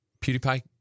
PewDiePie